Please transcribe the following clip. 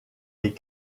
les